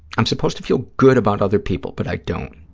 i'm supposed to feel good about other people, but i don't.